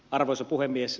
arvoisa puhemies